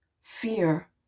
fear